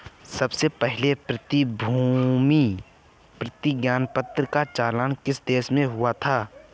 सबसे पहले प्रतिभूति प्रतिज्ञापत्र का चलन किस देश में हुआ था?